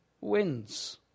wins